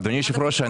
אדוני היושב-ראש,